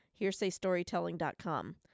hearsaystorytelling.com